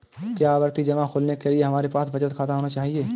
क्या आवर्ती जमा खोलने के लिए हमारे पास बचत खाता होना चाहिए?